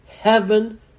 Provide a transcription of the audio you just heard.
Heaven